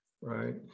right